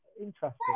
interesting